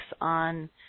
on